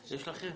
יש לכם?